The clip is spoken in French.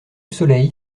soleil